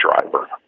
driver